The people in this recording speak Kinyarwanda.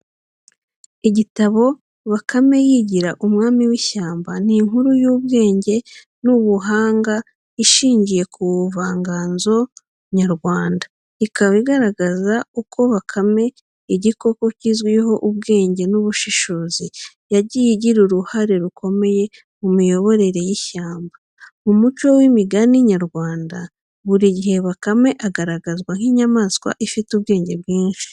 Igitabo “Bakame yigira Umwami w’Ishyamba.” Ni inkuru y’ubwenge n’ubuhanga ishingiye ku buvanganzo nyarwanda, ikaba igaragaza uko bakame, igikoko kizwiho ubwenge n’ubushishozi, yagiye agira uruhare rukomeye mu miyoborere y’ishyamba. Mu muco w'imigani nyarwanda buri gihe bakame agaragazwa nk'inyamanswa ifite ubwenge bwinshi.